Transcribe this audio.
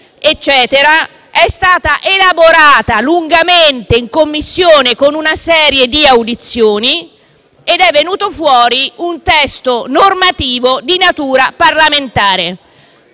ed è stata elaborata lungamente in Commissione, con una serie di audizioni, che hanno portato a un testo normativo di natura parlamentare.